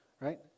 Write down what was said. Right